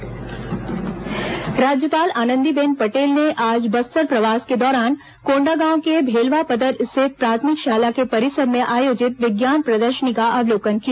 राज्यपाल कोंडागांव राज्यपाल आनंदीबेन पटेल ने आज बस्तर प्रवास के दौरान कोण्डागांव के भेलवापदर स्थित प्राथमिक शाला के परिसर में आयोजित विज्ञान प्रदर्शनी का अवलोकन किया